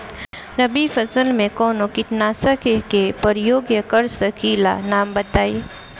रबी फसल में कवनो कीटनाशक के परयोग कर सकी ला नाम बताईं?